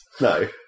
no